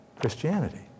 Christianity